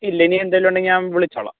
ഇല്ല ഇനി ഏന്തെങ്കിലും ഉണ്ടെങ്കിൽ ഞാൻ വിളിച്ചോളാം